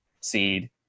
seed